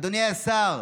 אדוני השר,